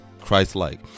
Christ-like